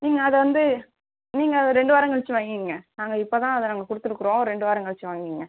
நீங்கள் அதை வந்து நீங்கள் ஒரு ரெண்டு வாரம் கழித்து வாங்கிங்க நாங்கள் இப்போதான் அதை நாங்கள் கொடுத்துருக்குறோம் ரெண்டு வாரம் கழித்து வாங்கிங்க